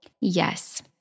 Yes